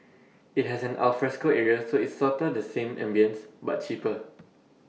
IT has an alfresco area so it's sorta the same ambience but cheaper